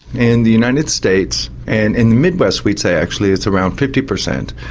and the united states, and in the midwest we'd say actually it's around fifty percent.